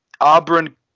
Auburn